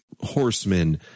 horsemen